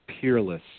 peerless